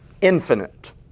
infinite